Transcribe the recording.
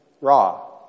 raw